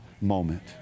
moment